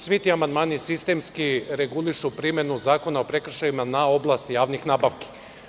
Svi ti amandmani sistemski regulišu primenu zakona o prekršajima u oblasti javnih nabavki.